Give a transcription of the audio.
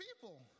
people